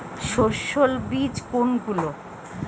সস্যল বীজ কোনগুলো?